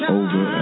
over